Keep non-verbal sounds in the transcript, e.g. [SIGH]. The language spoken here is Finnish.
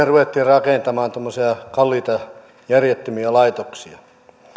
[UNINTELLIGIBLE] ruvettiin rakentamaan tuommoisia kalliita järjettömiä laitoksia